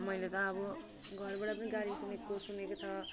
मैले त अब घरबाट पनि गाली सुनेको सुनेकै छ